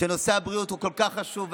נושא הבריאות כל כך חשוב,